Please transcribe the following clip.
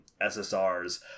SSRs